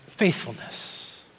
Faithfulness